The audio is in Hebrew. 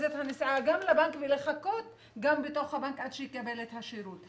נסיעה לבנק וגם לחכות בתוך הבנק עד שיקבל את השירות.